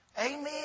Amen